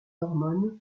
hormones